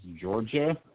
Georgia